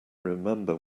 remember